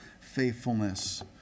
faithfulness